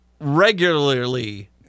regularly